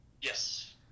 Yes